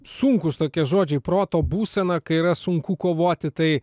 sunkūs tokie žodžiai proto būsena kai yra sunku kovoti tai